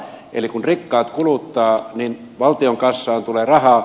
eli kun rikkaat kuluttavat niin valtion kassaan tulee rahaa